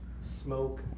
smoke